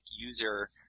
user